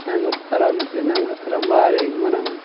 நாங்கள் பராமரித்து நாங்கள் ரொம்ப ஆரோக்கியமாக நாங்கள்